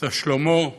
מבצע שלמה.